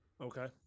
Okay